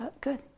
Good